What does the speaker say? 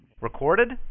Recorded